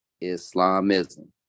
Islamism